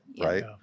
right